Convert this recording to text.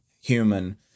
human